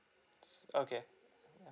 s~ okay